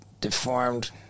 Deformed